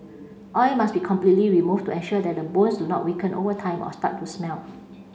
oil must be completely removed to ensure that the bones do not weaken over time or start to smell